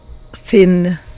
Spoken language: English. thin